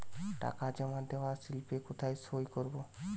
টাকা জমা দেওয়ার স্লিপে কোথায় সই করব?